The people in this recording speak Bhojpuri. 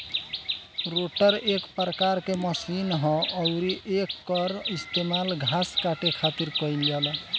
रोटर एक प्रकार के मशीन ह अउरी एकर इस्तेमाल घास काटे खातिर कईल जाला